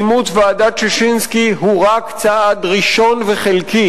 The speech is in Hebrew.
אימוץ דוח ועדת-ששינסקי הוא רק צעד ראשון וחלקי.